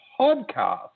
podcast